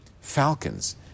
falcons